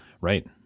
right